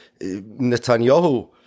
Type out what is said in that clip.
Netanyahu